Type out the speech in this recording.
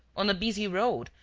on a busy road,